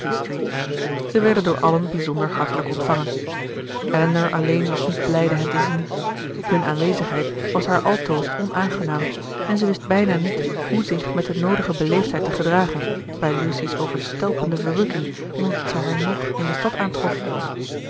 zij werden door allen bijzonder hartelijk ontvangen elinor alleen was niet blijde hen te zien hun aanwezigheid was haar altoos onaangenaam en zij wist bijna niet hoe zich met de noodige beleefdheid te gedragen bij lucy's overstelpende verrukking omdat zij haar nog in de stad aantrof